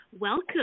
welcome